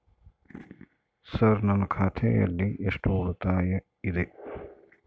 Sir ನನ್ನ ಖಾತೆಯಲ್ಲಿ ಎಷ್ಟು ಉಳಿತಾಯ ಇದೆ?